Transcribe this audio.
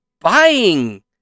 buying